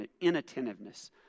inattentiveness